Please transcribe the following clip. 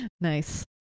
Nice